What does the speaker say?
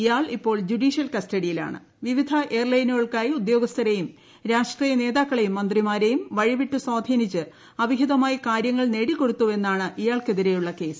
ഇയാൾ ഇപ്പോൾ വിവിധ എയർലൈനുകൾക്കായി ഉദ്യോഗസ്ഥരെയും രാഷ്ട്രീയ നേതാക്കളെയും മന്ത്രിമാരെയും വഴിവിട്ട് സ്വാധീനിച്ച് അവിഹിതമായി കാര്യങ്ങൾ നേടിക്കൊടുത്തുവെന്നുമാണ് ഇയാൾക്കെതിരെയുള്ള കേസ്